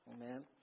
Amen